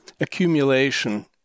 accumulation